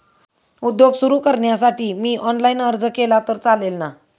उद्योग सुरु करण्यासाठी मी ऑनलाईन अर्ज केला तर चालेल ना?